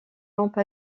lampe